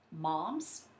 moms